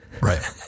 Right